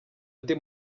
ndi